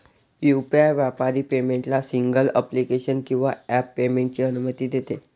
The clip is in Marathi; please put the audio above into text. यू.पी.आई व्यापारी पेमेंटला सिंगल ॲप्लिकेशन किंवा ॲप पेमेंटची अनुमती देते